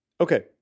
Okay